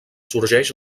sorgeix